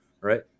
Right